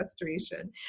frustration